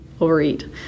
overeat